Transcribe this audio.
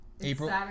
April